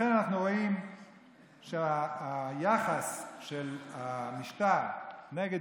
ולכן אנחנו רואים שהיחס של המשטר נגד